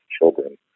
children